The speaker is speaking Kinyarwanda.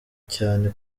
cyane